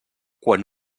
quan